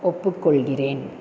ஒப்புக்கொள்கிறேன்